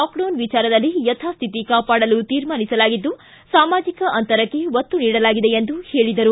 ಲಾಕ್ಡೌನಿ ವಿಚಾರದಲ್ಲಿ ಯಥಾಸ್ವಿತಿ ಕಾಪಾಡಲು ತೀರ್ಮಾನಿಸಲಾಗಿದ್ದು ಸಾಮಾಜಿಕ ಅಂತರಕ್ಕೆ ಒತ್ತು ನೀಡಲಾಗಿದೆ ಎಂದು ಹೇಳಿದರು